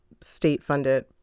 state-funded